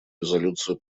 резолюцию